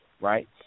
right